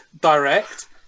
direct